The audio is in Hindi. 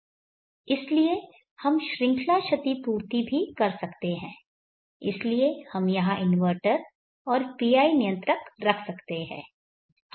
इसलिए हम श्रृंखला क्षतिपूर्ति भी कर सकते हैं इसलिए हम यहां इन्वर्टर और PI नियंत्रक रख सकते हैं